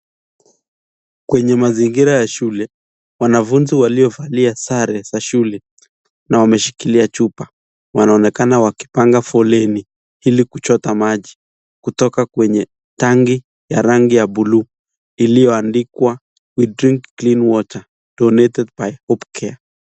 Kwenye mazingira ya shule, wanafunzi waliovalia sare za shule na wameshikilia chupa ,wanaonekana wakipanga foleni ili kuchota maji kutoka kwenye tangi ya bluu ilioandikwa we drink clean water donated by hope care .